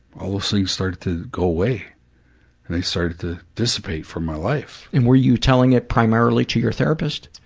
all those things started to go away and they started to dissipate from my life. and were you telling it primarily to your therapist?